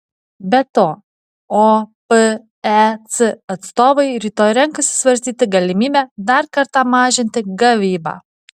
be to opec atstovai rytoj renkasi svarstyti galimybę dar kartą mažinti gavybą